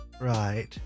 Right